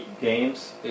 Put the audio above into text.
games